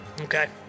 Okay